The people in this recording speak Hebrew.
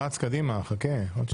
לא,